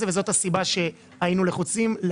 חבל שלא הבאת אותי לפני זה, והיינו תומכים בה.